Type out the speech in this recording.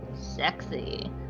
sexy